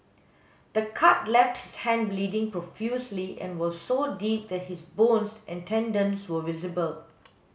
the cut left his hand bleeding profusely and was so deep that his bones and tendons were visible